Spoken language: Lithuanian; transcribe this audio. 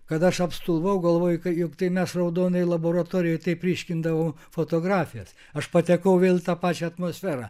kad aš apstulbau galvoju juk tai mes raudonai laboratorijoje taip ryškindavom fotografijas aš patekau vėl į tą pačią atmosferą